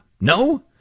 No